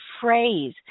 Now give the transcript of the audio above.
phrase